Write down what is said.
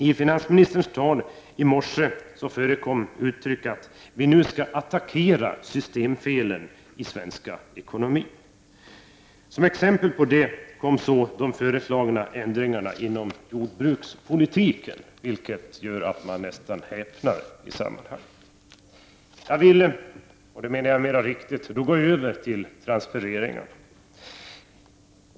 I finansministerns tal i morse förekom uttrycket att vi nu skall attackera systemfelen i svensk ekonomi. Som exempel på detta kom så de föreslagna ändringarna inom jordbrukspolitiken. Man häpnar! Så över till transfereringarna.